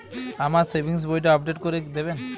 আমার সেভিংস বইটা আপডেট করে দেবেন?